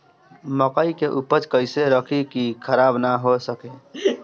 मकई के उपज कइसे रखी की खराब न हो सके?